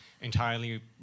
entirely